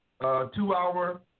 two-hour